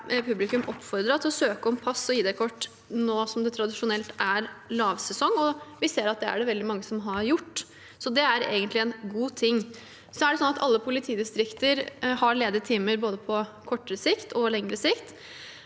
publikum oppfordret til å søke om pass og ID-kort nå som det tradisjonelt er lavsesong, og vi ser at veldig mange har gjort det. Så det er egentlig en god ting. Alle politidistrikter har ledige timer på både kortere og lengre sikt,